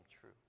true